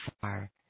far